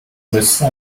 listen